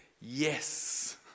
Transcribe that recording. Yes